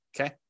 okay